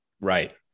Right